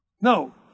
No